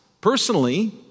personally